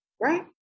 right